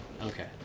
okay